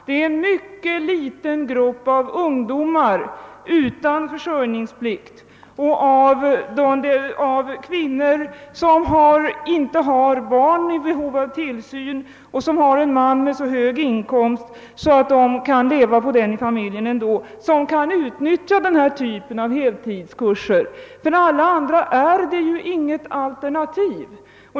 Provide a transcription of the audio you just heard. Det är en mycket liten grupp, bestående av ungdomar utan försörjningsplikt och av kvinnor utan barn i behov av tillsyn men med en man med så hög inkomst att familjen kan leva på den, som kan utnyttja den här typen av heltidskurser. För alla andra är det inte något alternativ.